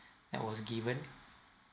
that was given